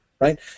Right